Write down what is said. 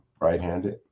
Right-handed